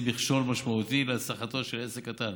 מכשול משמעותי להצלחתו של עסק קטן,